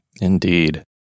Indeed